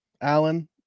Alan